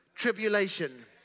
Tribulation